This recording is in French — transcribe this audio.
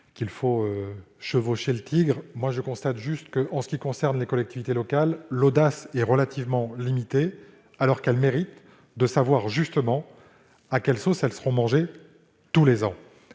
qu'il faut chevaucher le tigre. Je constate simplement que, en ce qui concerne les collectivités locales, l'audace est relativement limitée alors qu'elles mériteraient de savoir à quelle sauce elles seront mangées tous les ans.